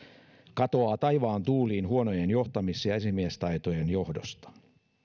katoaa taivaan tuuliin huonojen johtamis ja esimiestaitojen johdosta